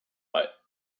but